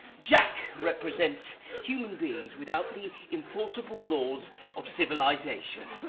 jack represents human beings without the enforceable laws of civilization.